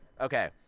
Okay